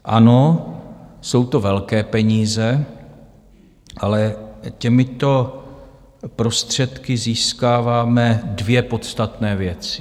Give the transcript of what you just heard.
Ano, jsou to velké peníze, ale těmito prostředky získáváme dvě podstatné věci.